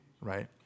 right